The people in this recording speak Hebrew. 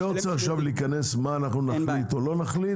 אני לא רוצה להיכנס לשאלה מה נחליט או לא נחליט,